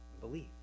believe